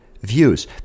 views